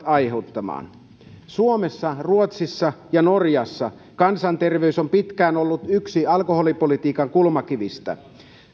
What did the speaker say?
aiheuttamaan suomessa ruotsissa ja norjassa kansanterveys on pitkään ollut yksi alkoholipolitiikan kulmakivistä